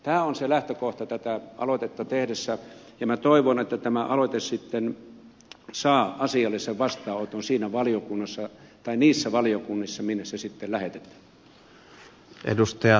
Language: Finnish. tämä oli se lähtökohta tätä aloitetta tehdessäni ja minä toivon että tämä aloite saa asiallisen vastaanoton niissä valiokunnissa minne se sitten lähetetään